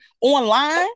online